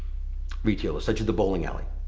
retailers such as the bowling alley.